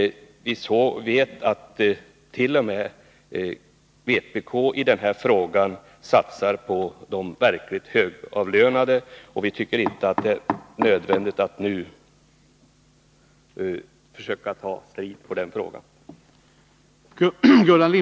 Vi vet attt.o.m. vpk i den frågan satsar på de verkligt högavlönade, och vi tycker inte att det är nödvändigt att nu försöka ta strid i den frågan.